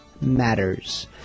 matters